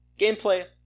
gameplay